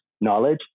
knowledge